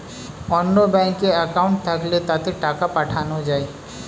অন্য ব্যাঙ্কে অ্যাকাউন্ট থাকলে তাতে টাকা পাঠানো যায়